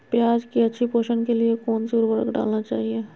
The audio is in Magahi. प्याज की अच्छी पोषण के लिए कौन सी उर्वरक डालना चाइए?